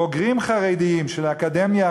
בוגרים חרדים של האקדמיה,